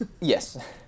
Yes